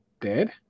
dead